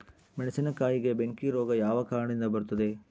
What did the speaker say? ಮೆಣಸಿನಕಾಯಿಗೆ ಬೆಂಕಿ ರೋಗ ಯಾವ ಕಾರಣದಿಂದ ಬರುತ್ತದೆ?